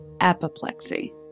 apoplexy